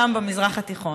היחידה אי-שם במזרח התיכון.